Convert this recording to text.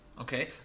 okay